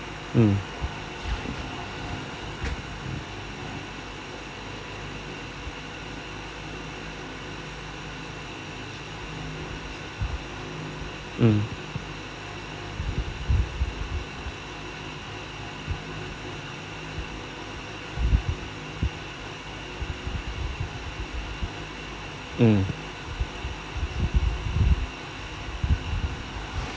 mm mm mm